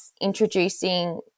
introducing